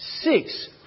Six